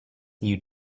you